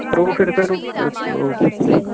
ਫਿਰ ਓ ਫਿਰ ਸਰ